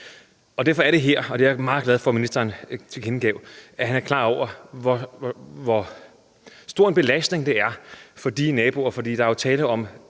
Derfor er det her – og det er jeg meget glad for at ministeren tilkendegav at han er klar over – en stor belastning for naboerne, for der er jo ikke